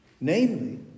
Namely